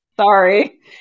Sorry